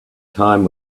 time